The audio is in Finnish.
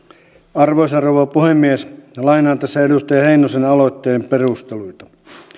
arvoisa rouva puhemies lainaan tässä edustaja heinosen aloitteen perusteluita